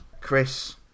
Chris